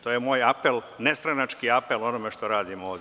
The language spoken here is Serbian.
To je moj apel, nestranački apel onome što radimo ovde.